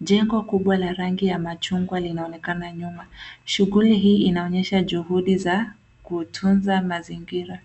Jengo kubwa la rangi ya machungwa linaonekana nyuma. Shughuli hii inaonyesha juhudi za kutunza mazingira.